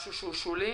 משהו שהוא שולי.